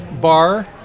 Bar